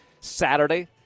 saturday